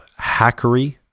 hackery